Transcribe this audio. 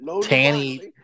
Tanny